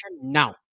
now